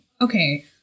okay